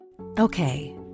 Okay